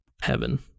heaven